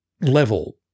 level